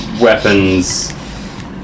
weapons